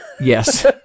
Yes